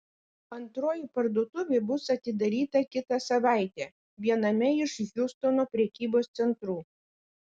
antroji parduotuvė bus atidaryta kitą savaitę viename iš hjustono prekybos centrų